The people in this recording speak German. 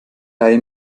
leihe